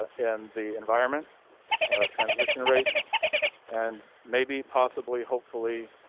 and the environment transmission rates and maybe possibly, hopefully